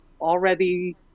already